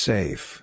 Safe